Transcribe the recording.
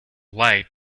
light